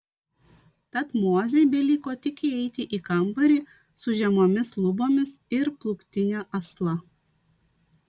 tad mozei beliko tik įeiti į kambarį su žemomis lubomis ir plūktine asla